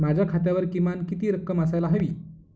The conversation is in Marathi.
माझ्या खात्यावर किमान किती रक्कम असायला हवी?